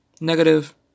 negative